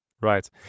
right